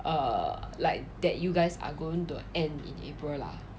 err like that you guys are going to end in april lah